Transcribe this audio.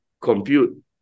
compute